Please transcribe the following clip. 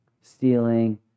stealing